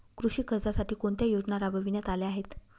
कृषी कर्जासाठी कोणत्या योजना राबविण्यात आल्या आहेत?